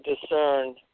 discern